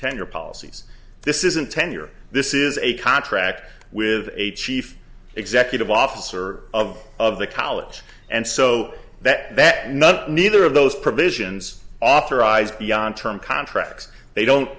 tenure policies this isn't tenure this is a contract with a chief executive officer of of the college and so that nothing neither of those provisions authorized beyond term contracts they don't